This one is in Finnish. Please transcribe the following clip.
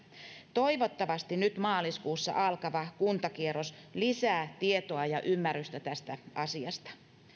toivottavasti nyt maaliskuussa alkava kuntakierros lisää tietoa ja ymmärrystä tästä asiasta